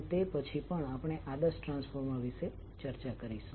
અને તે પછી પણ આપણે આદર્શ ટ્રાન્સફોર્મર વિશે ચર્ચા કરીશું